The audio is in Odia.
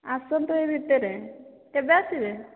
ଆସନ୍ତୁ ଏହି ଭିତରେ କେବେ ଆସିବେ